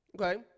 Okay